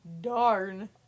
darn